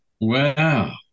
Wow